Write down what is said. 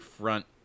front